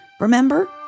remember